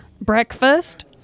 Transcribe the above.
Breakfast